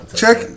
check